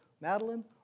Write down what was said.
Madeline